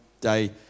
day